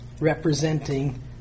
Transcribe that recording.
representing